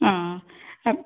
ആ അപ്പ്